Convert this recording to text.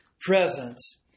presence